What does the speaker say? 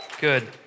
Good